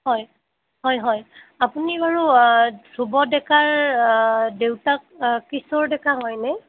হয় হয় হয় হয় আপুনি বাৰু ধ্ৰুৱ ডেকাৰ দেউতাক কিশোৰ ডেকা হয়নে